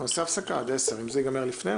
אם זה ייגמר לפני,